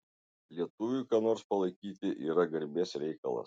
lietuviui ką nors palaikyti yra garbės reikalas